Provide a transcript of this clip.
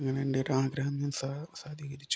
ഞാൻ എൻ്റെ ഒരാഗ്രഹം ഞാൻ സാധീകരിച്ചു